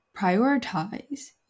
Prioritize